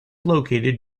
located